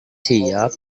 siap